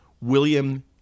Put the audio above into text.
William